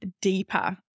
deeper